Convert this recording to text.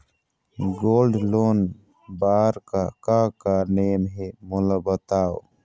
Gold loan बार का का नेम हे, मोला बताव?